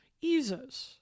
eases